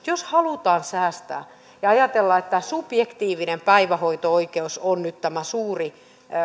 jos halutaan säästää ja ajatellaan että subjektiivinen päivähoito oikeus on nyt tämä suuri